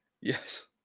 Yes